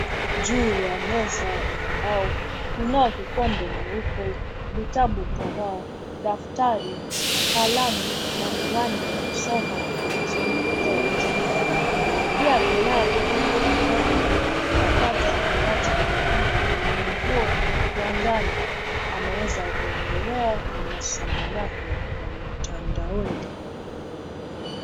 Juu ya meza ya mbao kunayo kikombe nyeupe, vitabu kadhaa, daftari, kalamu na miwani ya kusoma zilizowekelewa juu. Pia kunayo kompyuta ndogo ya kupakata ambacho mwanamke mwenye nguo ya njano anaweza kuendelea na masomo yake ya mtandaoni.